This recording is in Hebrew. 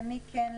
למי כן,